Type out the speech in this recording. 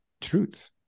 truth